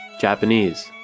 Japanese